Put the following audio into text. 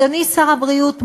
אדוני שר הבריאות,